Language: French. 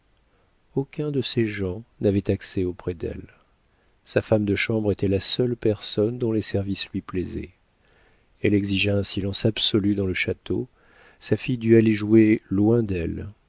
aucun de ses gens n'avait accès auprès d'elle sa femme de chambre était la seule personne dont les services lui plaisaient elle exigea un silence absolu dans le château sa fille dut aller jouer loin d'elle